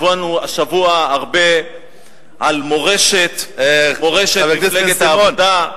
שמענו השבוע הרבה על מורשת מפלגת העבודה,